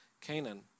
Canaan